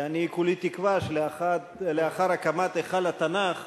ואני כולי תקווה שלאחר הקמת היכל התנ"ך,